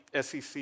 SEC